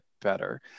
better